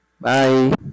Bye